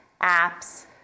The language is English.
apps